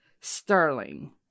Sterling